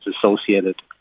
associated